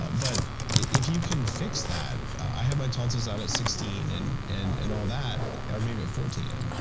but if you can fix that. i had my tonsils out at sixteen and and and all that. or maybe at fourteen,